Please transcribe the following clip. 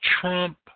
trump